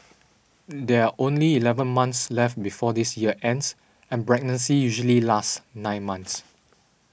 there are only eleven months left before this year ends and pregnancy usually lasts nine months